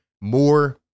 more